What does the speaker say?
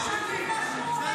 בוא לפה.